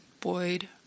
Boyd